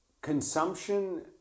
consumption